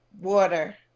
Water